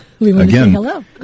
Again